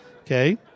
Okay